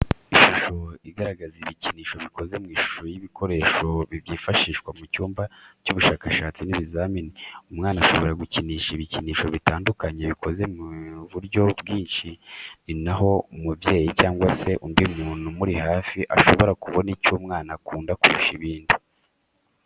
Ishusho igaragaza ibikinisho bikoze mu ishusho y'ibikoresho byifashishwa mu cyumba cy'ubushakashatsi n'ibizamini, umwana ashobora gukinisha ibikinisho bitandukanye bikoze mu buryo bwinsh ni naho umubyeyi cyangwa se undi muntu umuri hafi ashobora kubona ibyo umwana akunda kurusha ibindi.